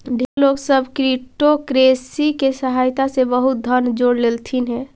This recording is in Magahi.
ढेर लोग सब क्रिप्टोकरेंसी के सहायता से बहुत धन जोड़ लेलथिन हे